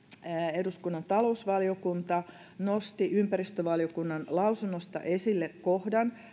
eduskunnan talousvaliokunta nosti ympäristövaliokunnan lausunnosta esille kohdan